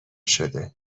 شده